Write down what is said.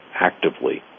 actively